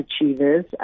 achievers